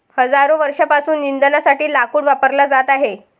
हजारो वर्षांपासून इंधनासाठी लाकूड वापरला जात आहे